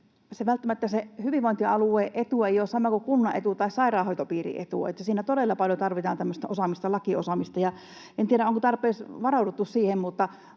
se hyvinvointialueen etu ei ole sama kuin kunnan etu tai sairaanhoitopiirin etu, niin että siinä todella paljon tarvitaan tämmöistä lakiosaamista. En tiedä, onko tarpeeksi varauduttu siihen,